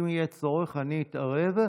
אם יהיה צורך, אני אתערב.